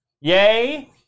yay